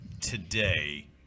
today